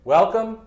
Welcome